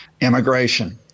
immigration